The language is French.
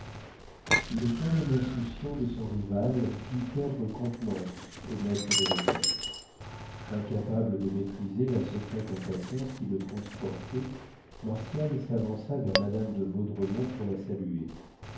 le calme insouciant de son rival fit perdre contenance au maître des requêtes incapable de maîtriser la secrète impatience qui le transportait martial s'avança vers madame de vaudremont pour la saluer